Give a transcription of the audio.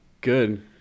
Good